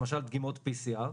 למשל דגימות PCR,